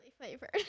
flavored